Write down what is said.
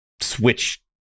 Switch